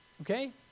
Okay